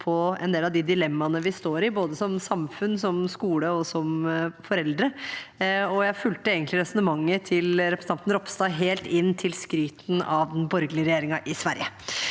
på en del av de dilemmaene vi står i, både som samfunn, som skole og som foreldre, og jeg fulgte egentlig resonnementet til representanten Ropstad helt fram til skrytet av den borgerlige regjeringen i Sverige.